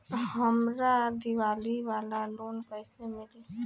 हमरा दीवाली वाला लोन कईसे मिली?